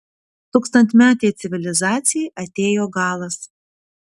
tūkstantmetei civilizacijai atėjo galas